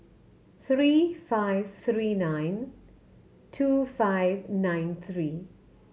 three five three nine two five nine three